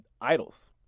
idols